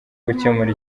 gukemura